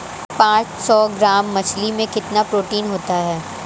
पांच सौ ग्राम मछली में कितना प्रोटीन होता है?